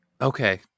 Okay